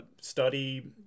study